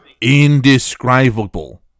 indescribable